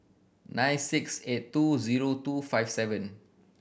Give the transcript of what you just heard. nine six eight two zero two five seven